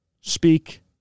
speak